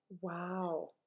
Wow